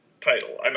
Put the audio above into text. title